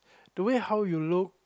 the way how you look